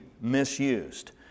misused